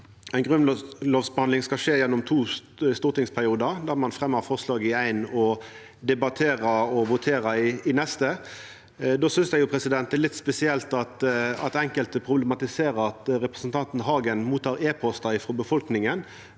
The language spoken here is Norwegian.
ei grunnlovsbehandling skal skje gjennom to stortingsperiodar, der ein fremjar forslag i den eine og debatterer og voterer i den neste. Eg synest det er litt spesielt at enkelte problematiserer at representanten Hagen mottek e-postar frå befolkninga